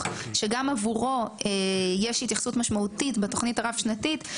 וגם עבורו יש התייחסות משמעותית בתוכנית הרב-שנתית,